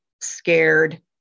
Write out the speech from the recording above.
Scared